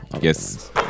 Yes